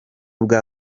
bwa